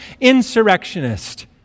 insurrectionist